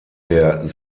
der